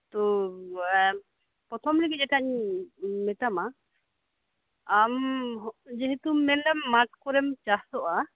ᱛᱳ ᱯᱨᱚᱛᱷᱚᱢ ᱨᱮᱜᱮ ᱡᱮᱴᱟᱧ ᱢᱮᱛᱟᱢᱟ ᱟᱢ ᱡᱮᱦᱮᱛᱩᱢ ᱢᱮᱱᱫᱟᱢ ᱢᱟᱴᱠᱚᱨᱮᱢ ᱪᱟᱥᱚᱜ ᱟ